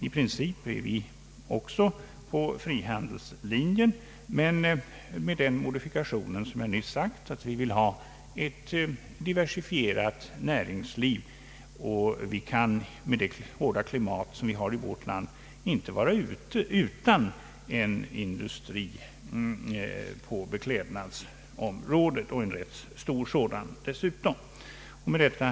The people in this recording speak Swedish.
I princip är vi också på frihandelslinjen, men med den modifikation som jag nyss anfört, nämligen att vi vill ha ett diversifierat näringsliv. Vi kan, med det hårda klimat som vi har i vårt land, inte vara utan en industri på beklädnadsområdet — och en rätt stor sådan dessutom. Herr talman!